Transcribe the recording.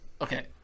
okay